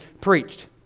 preached